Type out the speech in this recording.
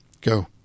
Go